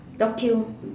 docu~